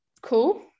cool